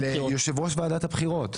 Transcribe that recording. ליושב ראש ועדת הבחירות.